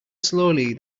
slowly